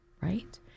right